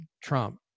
Trump